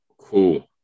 Cool